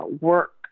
work